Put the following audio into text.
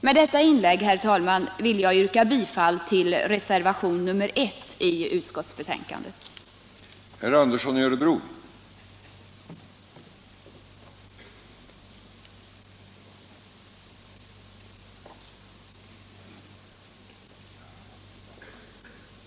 Med detta inlägg vill jag, herr talman, yrka bifall till reservationen M